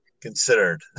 considered